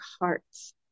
hearts